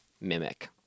Mimic